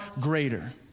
greater